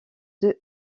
deux